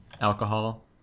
alcohol